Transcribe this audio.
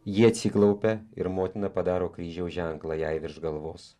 ji atsiklaupia ir motina padaro kryžiaus ženklą jai virš galvos